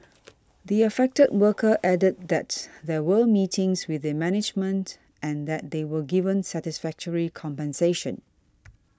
the affected worker added that's there were meetings with the managements and that they were given satisfactory compensation